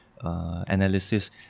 analysis